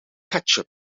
ketchup